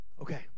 Okay